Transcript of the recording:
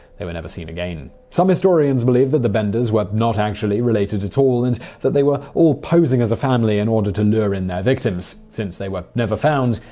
they were never seen again. some historians believe that the benders were not actually related at all, and that they were posing as a family in order to lure in their victims. since they were never found,